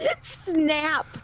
Snap